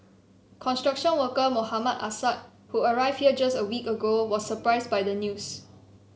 construction worker Mohammad Assad who arrived here just a week ago was surprised by the news